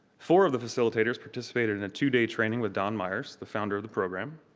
four of the facilitators participated in a two-day training with don meyers, the founder of the program.